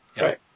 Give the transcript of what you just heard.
Right